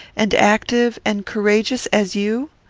and active, and courageous, as you?